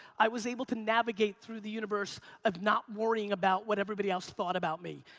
i was able to navigate through the universe of not worrying about what everybody else thought about me.